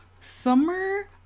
summer